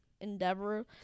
endeavor